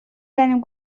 seinem